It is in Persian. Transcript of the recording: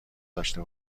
داشته